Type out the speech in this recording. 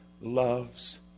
loves